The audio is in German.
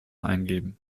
eingeben